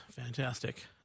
fantastic